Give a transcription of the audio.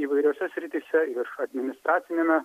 įvairiose srityse ir administraciniame